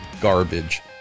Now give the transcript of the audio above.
garbage